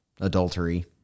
adultery